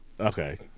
okay